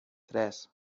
tres